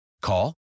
Call